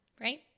right